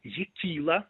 ji kyla